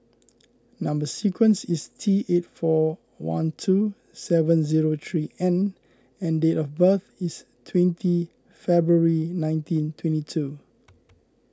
Number Sequence is T eight four one two seven zero three N and date of birth is twenty February nineteen twenty two